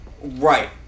Right